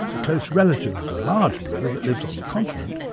a close relative of the large blue that lives on the continent,